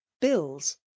bills